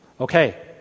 okay